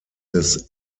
des